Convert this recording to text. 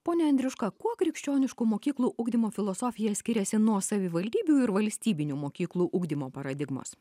pone andriuška kuo krikščioniškų mokyklų ugdymo filosofija skiriasi nuo savivaldybių ir valstybinių mokyklų ugdymo paradigmos